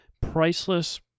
priceless